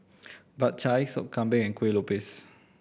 Bak Chang Sop Kambing and Kueh Lopes